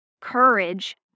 courage